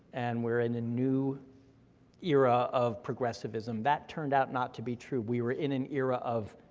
and we're in a new era of progressivism. that turned out not to be true, we were in an era of